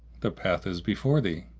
the path is before thee.